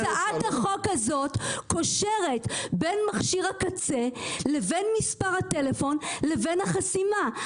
הצעת החוק הזאת קושרת בין מכשיר הקצה לבין מספר הטלפון לבין החסימה.